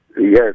Yes